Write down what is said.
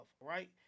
right